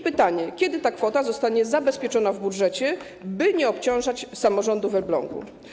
Pytanie: Kiedy ta kwota zostanie zabezpieczona w budżecie, by nie obciążać samorządu w Elblągu?